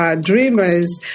dreamers